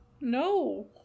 No